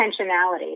intentionality